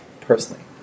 personally